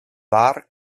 war